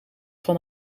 van